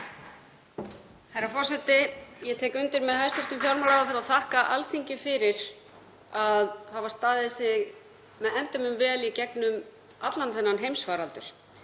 Herra forseti. Ég tek undir með hæstv. fjármálaráðherra og þakka Alþingi fyrir að hafa staðið sig með eindæmum vel í gegnum allan þennan heimsfaraldur.